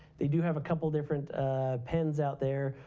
they do have a couple of different pens out there.